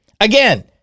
Again